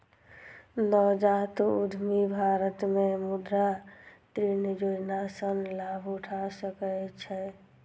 नवजात उद्यमी भारत मे मुद्रा ऋण योजना सं लाभ उठा सकै छै